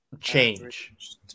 change